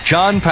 John